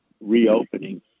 reopening